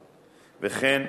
וכן,